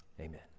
Amen